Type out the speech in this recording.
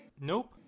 Nope